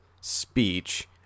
speech